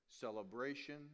celebration